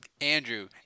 Andrew